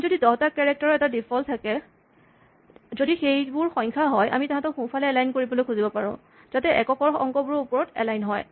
আমাৰ যদি ১০ টা কেৰেক্টাৰ ৰ এটা ডিফল্ট থাকে যদি সেইবোৰ সংখ্যা হয় আমি তাহাঁতক সোঁফালে এলাইন কৰিবলৈ খুজিব পাৰোঁ যাতে এককৰ অংকবোৰ ওপৰত এলাইন হয়